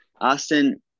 Austin